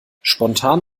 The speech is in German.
spontan